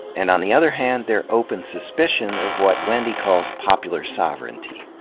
and, on the other hand, their open suspicion of what wendy calls popular sovereignty,